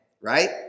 Right